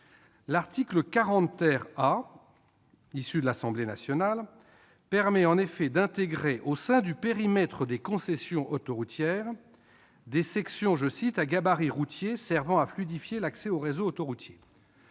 L'article 40 A issu de l'Assemblée nationale permet en effet d'intégrer au sein du périmètre des concessions autoroutières des « sections à gabarit routier servant à fluidifier l'accès au réseau autoroutier